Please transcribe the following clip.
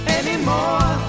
anymore